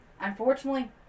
Unfortunately